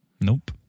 Nope